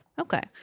Okay